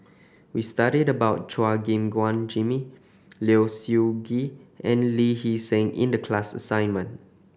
we studied about Chua Gim Guan Jimmy Low Siew Nghee and Lee Hee Seng in the class assignment